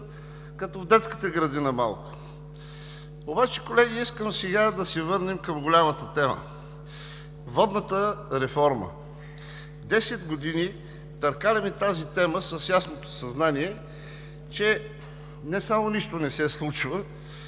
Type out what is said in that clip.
като в детската градина. Колеги, искам сега обаче да се върнем към голямата тема – водната реформа. Десет години търкаляме тази тема с ясното съзнание, че не само нищо не се случва,